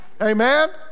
Amen